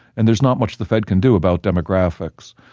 and there's not much the fed can do about demographics.